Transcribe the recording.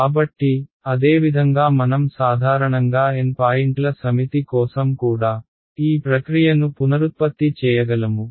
కాబట్టి అదేవిధంగా మనం సాధారణంగా n పాయింట్ల సమితి కోసం కూడా ఈ ప్రక్రియను పునరుత్పత్తి చేయగలము